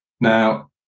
now